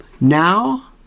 Now